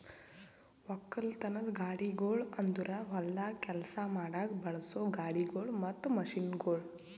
ಒಕ್ಕಲತನದ ಗಾಡಿಗೊಳ್ ಅಂದುರ್ ಹೊಲ್ದಾಗ್ ಕೆಲಸ ಮಾಡಾಗ್ ಬಳಸೋ ಗಾಡಿಗೊಳ್ ಮತ್ತ ಮಷೀನ್ಗೊಳ್